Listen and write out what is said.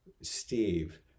Steve